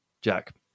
Jack